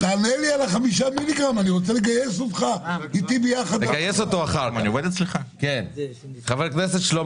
אני אישית פחות שותה את